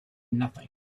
nothing